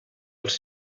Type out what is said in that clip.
els